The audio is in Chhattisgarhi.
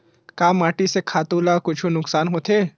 का माटी से खातु ला कुछु नुकसान होथे?